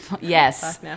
yes